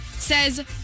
Says